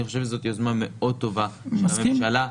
אני חושב שזאת יוזמה מאוד טובה של הממשלה,